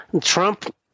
Trump